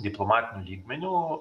diplomatiniu lygmeniu